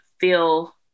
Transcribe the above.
feel